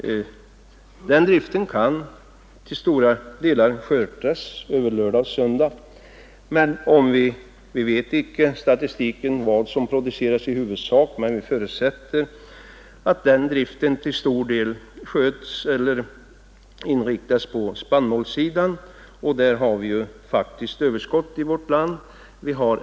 Den driften kan till stora delar skötas över lördag och söndag. Vi kan inte av statistiken utläsa vad som produceras i huvudsak, men vi förutsätter att den driften till stor del inriktas på spannmålssidan, och där har vi ju faktiskt överskott i vårt land.